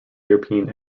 european